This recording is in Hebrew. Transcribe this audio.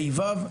ה׳-ו׳,